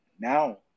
now